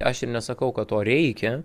aš ir nesakau kad to reikia